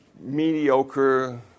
mediocre